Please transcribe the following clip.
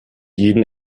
jeden